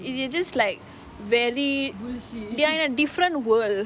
if it's just like very ya ya different world